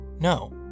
No